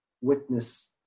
witness